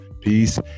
Peace